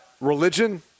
religion